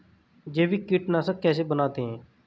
जैविक कीटनाशक कैसे बनाते हैं?